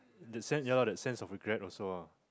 the sense ya lah the sense of regret also lah